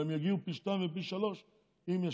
אבל הם יגיעו פי שניים ופי שלושה אם ישקיעו.